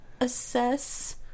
assess